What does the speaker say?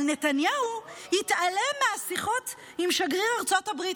אבל נתניהו התעלם מהשיחות עם שגריר ארצות הברית